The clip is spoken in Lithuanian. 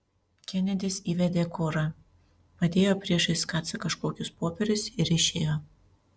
kenedis įvedė korą padėjo priešais kacą kažkokius popierius ir išėjo